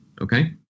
okay